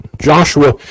Joshua